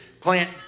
plant